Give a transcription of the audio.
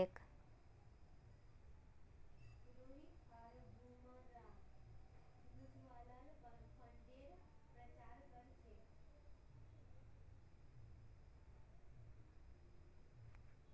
कचियार इस्तेमाल फसल कटवार तने कराल जाछेक